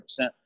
100%